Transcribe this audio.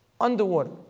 Underwater